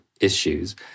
issues